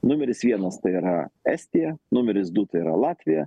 numeris vienas tai yra estija numeris du tai yra latvija